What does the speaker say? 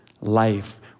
life